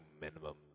minimum